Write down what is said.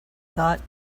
thought